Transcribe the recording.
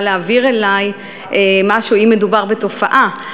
להעביר אלי משהו אם מדובר בתופעה.